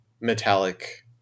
metallic